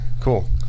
cool